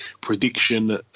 prediction